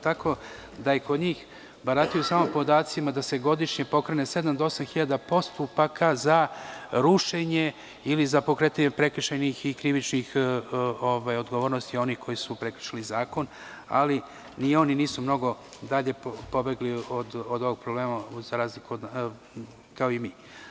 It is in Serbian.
Tako da i kod njih barataju samo podacima da se godišnje pokrene sedam do osam hiljada postupaka za rušenje ili za pokretanje prekršajnih i krivičnih odgovornosti onih koji su prekršili zakon, ali ni oni nisu mnogo dalje pobegli od ovog problema, kao i mi.